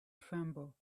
tremble